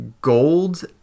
gold